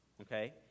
Okay